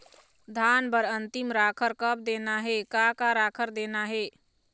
धान बर अन्तिम राखर कब देना हे, का का राखर देना हे?